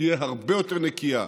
היא תהיה הרבה יותר נקייה.